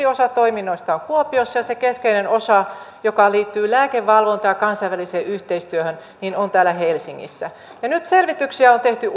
osa toiminnoista on kuopiossa ja se keskeinen osa joka liittyy lääkevalvontaan ja kansainväliseen yhteistyöhön on täällä helsingissä ja nyt selvityksiä on on tehty